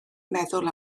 meddwl